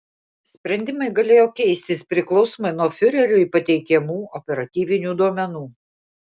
sprendimai galėjo keistis priklausomai nuo fiureriui pateikiamų operatyvinių duomenų